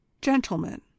Gentlemen